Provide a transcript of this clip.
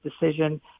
decision